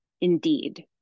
Indeed